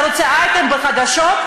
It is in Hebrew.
אתה רוצה אייטם בחדשות?